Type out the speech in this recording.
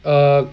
err